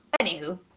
anywho